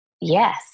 yes